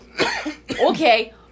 okay